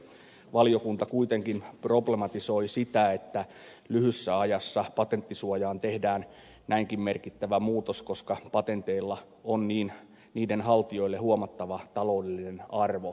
valiokunta kuitenkin problematisoi sitä että lyhyessä ajassa patenttisuojaan tehdään näinkin merkittävä muutos koska patenteilla on niiden haltijoille huomattava taloudellinen arvo